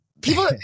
people